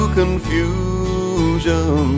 confusion